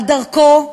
על דרכו,